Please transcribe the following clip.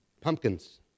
pumpkins